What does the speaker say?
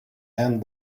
and